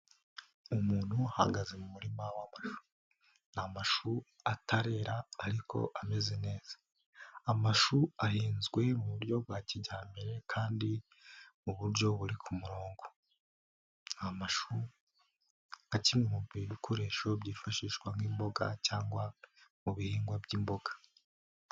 Umuntu uhagaze mu murima w'amashuri. Ni amashu atarera ariko ameze neza. Amashu ahinzwe mu buryo bwa kijyambere kandi mu buryo buri ku murongo. Amashu nka kimwe mu bikoresho byifashishwa nk'imboga cyangwa mu bihingwa by'imboga.